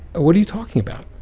what are you talking about?